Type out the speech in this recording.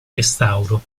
restauro